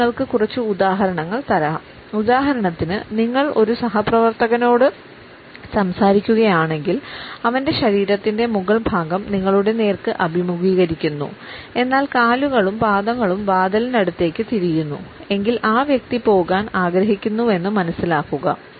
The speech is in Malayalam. ഞാൻ നിങ്ങൾക്ക് കുറച്ച് ഉദാഹരണങ്ങൾ തരാം ഉദാഹരണത്തിന് നിങ്ങൾ ഒരു സഹപ്രവർത്തകനോട് സംസാരിക്കുകയാണെങ്കിൽ അവന്റെ ശരീരത്തിൻറെ മുകൾഭാഗം നിങ്ങളുടെ നേർക്ക് അഭിമുഖീകരിക്കുന്നു എന്നാൽ കാലുകളും പാദങ്ങളും വാതിലിനടുത്തേക്ക് തിരിയുന്നു എങ്കിൽ ആ വ്യക്തി പോകാൻ ആഗ്രഹിക്കുന്നുവെന്ന് മനസ്സിലാക്കുക